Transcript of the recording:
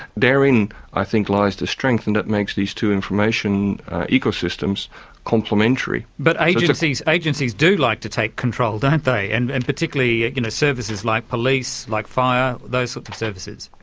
therein i think lies the strength and that makes these two information ecosystems complimentary. but agencies agencies do like to take control, don't they, and and particularly you know services like police, like fire, those sorts of services.